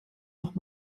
noch